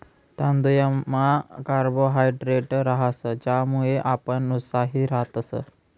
तांदुयमा कार्बोहायड्रेट रहास ज्यानामुये आपण उत्साही रातस